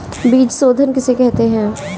बीज शोधन किसे कहते हैं?